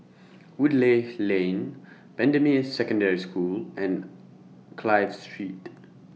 Woodleigh Lane Bendemeer Secondary School and Clive Street